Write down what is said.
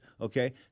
okay